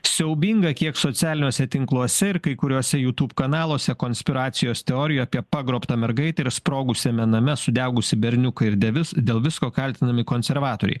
siaubinga kiek socialiniuose tinkluose ir kai kuriuose jutūb kanaluose konspiracijos teorijų apie pagrobtą mergaitę ir sprogusiame name sudegusį berniuką ir devis dėl visko kaltinami konservatoriai